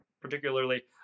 particularly